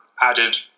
added